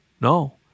No